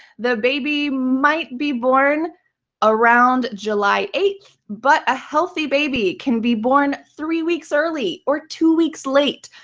the baby might be born around july eighth, but a healthy baby can be born three weeks early or two weeks late.